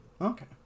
Okay